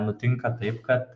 nutinka taip kad